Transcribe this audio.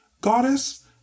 goddess